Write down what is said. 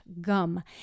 gum